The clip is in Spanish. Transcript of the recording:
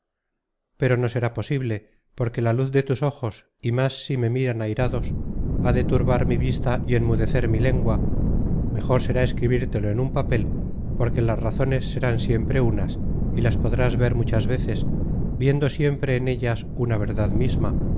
pero no será posible porque la luz de tus ojos y más si me miran airados ha de turbar mi vista y enmudecer mi lengua mejor será escribirtelo en un papel porque las razones serán siempre unas y las podrás ver muchas veces viendo siempre en ellas una verdad misma